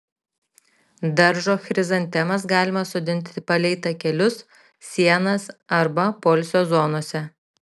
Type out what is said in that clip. daržo chrizantemas galima sodinti palei takelius sienas arba poilsio zonose